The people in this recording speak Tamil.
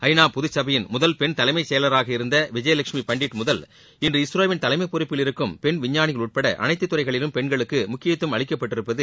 ஐ நா பொதுச்சபையின் முதல் பென் தலைமைச் செயலராக இருந்த விஜயலஷ்மி பண்டிட் முதல் இன்று இஸ்ரோவின் தலைமைப் பொறுப்பில் இருக்கும் பெண் விஞ்ஞாளிகள் உட்பட அனைத்து துறைகளிலும் பெண்களுக்கு முக்கியத்துவம் அளிக்கப்பட்டிருப்பது